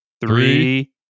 Three